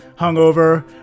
hungover